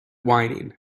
whining